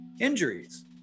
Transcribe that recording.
injuries